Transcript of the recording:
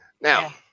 Now